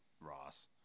Ross